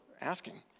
asking